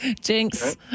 Jinx